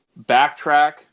backtrack